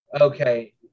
Okay